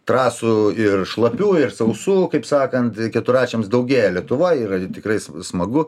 trasų ir šlapių ir sausų kaip sakant keturračiams daugėja lietuva yra tikrai smagu